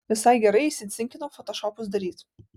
visai gerai įsicinkinau fotošopus daryt